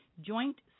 Joint